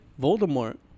Voldemort